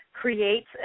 creates